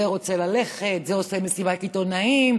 זה רוצה ללכת, זה עושה מסיבת עיתונאים.